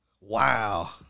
Wow